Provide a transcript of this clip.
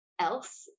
else